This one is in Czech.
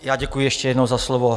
Já děkuji ještě jednou za slovo.